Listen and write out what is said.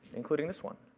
including this one.